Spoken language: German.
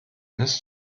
ist